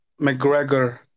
McGregor